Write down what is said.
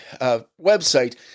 website